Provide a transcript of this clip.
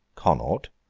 connaught,